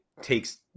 takes